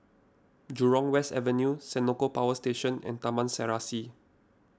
Jurong West Avenue Senoko Power Station and Taman Serasi